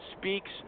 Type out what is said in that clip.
speaks